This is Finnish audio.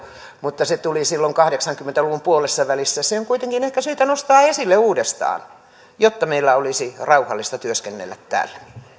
mutta se tuli silloin kahdeksankymmentä luvun puolessavälissä ja se on ehkä syytä nostaa esille uudestaan jotta meillä olisi rauhallista työskennellä täällä